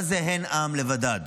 מה זה "הן עם לבדד"?